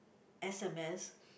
S_M_S